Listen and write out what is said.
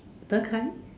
De-Kai